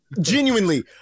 genuinely